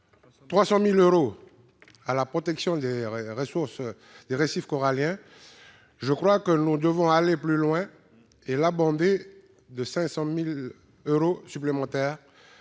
300 000 euros à la protection des récifs coralliens. Je crois que nous devons aller plus loin et l'augmenter de 500 000 euros supplémentaires